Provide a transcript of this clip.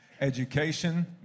Education